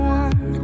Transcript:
one